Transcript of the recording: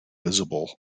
visible